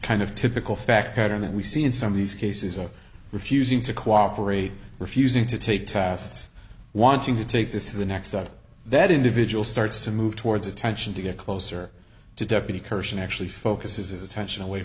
of typical fact pattern that we see in some of these cases of refusing to cooperate refusing to take tests wanting to take this to the next step that individual starts to move towards attention to get closer to deputy kirsan actually focuses attention away